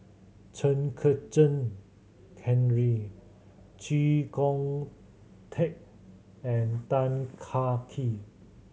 Chen Kezhan Henri Chee Kong Tet and Tan Kah Kee